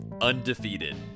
undefeated